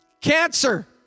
Cancer